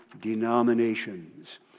denominations